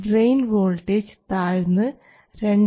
drain voltage താഴ്ന്ന് 2